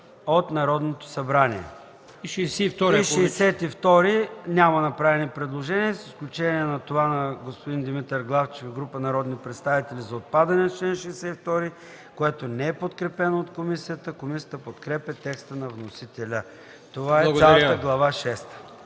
от Народното събрание.” По чл. 62 няма направени предложения, с изключение на това от Димитър Главчев и група народни представители за отпадането на чл. 62. То не е подкрепено от комисията. Комисията подкрепя текста на вносителя. Това е цялата Глава шеста.